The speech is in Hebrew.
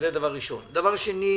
דבר שני,